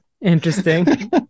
Interesting